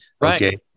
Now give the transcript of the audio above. Right